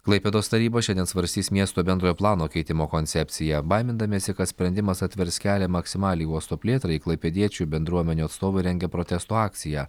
klaipėdos taryba šiandien svarstys miesto bendrojo plano keitimo koncepciją baimindamiesi kad sprendimas atvers kelią maksimaliai uosto plėtrai klaipėdiečių bendruomenių atstovai rengia protesto akciją